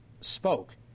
spoke